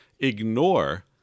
ignore